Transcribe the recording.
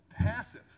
passive